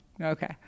Okay